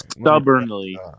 stubbornly